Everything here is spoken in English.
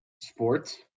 sports